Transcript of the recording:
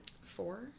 four